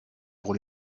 pour